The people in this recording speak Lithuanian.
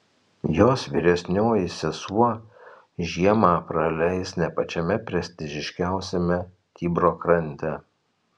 jos vyresnioji sesuo žiemą praleis ne pačiame prestižiškiausiame tibro krante